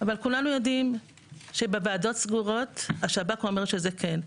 אבל כולנו יודעים שבוועדות סגורות השב"כ אומר שזה כן.